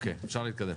אוקיי, אפשר להתקדם.